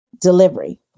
delivery